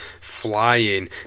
flying